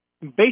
based